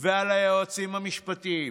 ועל היועצים המשפטיים,